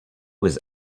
was